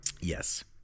Yes